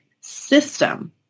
system